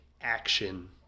action